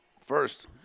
first